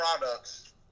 products